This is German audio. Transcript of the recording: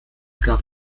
gab